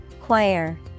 Choir